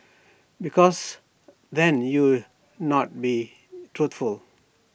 because then you're not being truthful